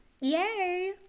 Yay